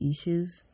issues